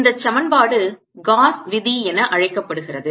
இந்தச் சமன்பாடு காஸ் விதி என அழைக்கப்படுகிறது